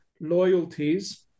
loyalties